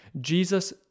Jesus